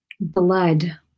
Blood